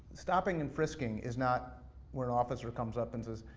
stopping and frisking is not where an officer comes up and says,